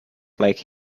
like